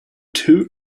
too